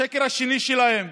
השקר השני שלהם: